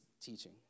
teaching